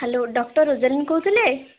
hello doctor Rosalin କହୁଥିଲେ